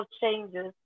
changes